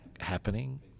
happening